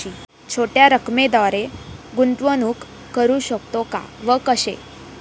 छोट्या रकमेद्वारे गुंतवणूक करू शकतो का व कशी?